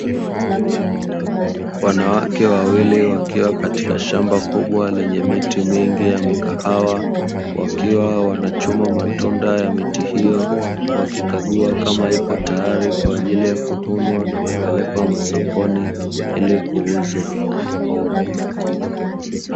wanawake wawili wakiwa katika shamba kubwa lenye miti mingi ya mikahawa, wakiwa wanachuma matunda yaliyo kweny emiti hiyo na kukagua kama ipo tayari kwaajili ya kupelekwa sokoni kuuzwa.